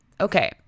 okay